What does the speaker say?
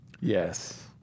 Yes